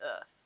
Earth